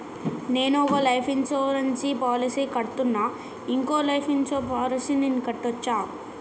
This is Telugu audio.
నేను ఒక లైఫ్ ఇన్సూరెన్స్ పాలసీ కడ్తున్నా, ఇంకో లైఫ్ ఇన్సూరెన్స్ పాలసీ కట్టొచ్చా?